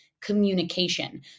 communication